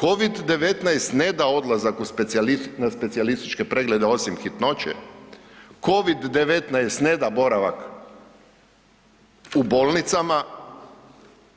COVID 19 ne da odlazak na specijalističke preglede osim hitnoće, COVID 19 ne da boravak u bolnicama,